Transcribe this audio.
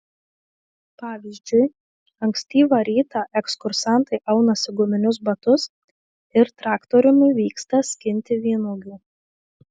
pavyzdžiui ankstyvą rytą ekskursantai aunasi guminius batus ir traktoriumi vyksta skinti vynuogių